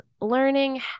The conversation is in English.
learning